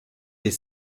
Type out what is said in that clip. des